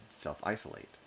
self-isolate